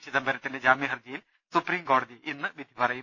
ചിദംബരത്തിന്റെ ജാമ്യ ഹർജിയിൽ സുപ്രീംകോടതി ഇന്ന് വിധി പറയും